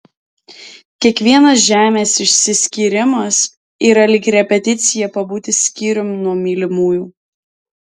kiekvienas žemės išsiskyrimas yra lyg repeticija pabūti skyrium nuo mylimųjų